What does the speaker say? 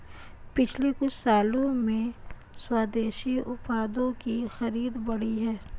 पिछले कुछ सालों में स्वदेशी उत्पादों की खरीद बढ़ी है